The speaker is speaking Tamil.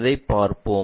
அதைப் பார்ப்போம்